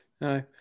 no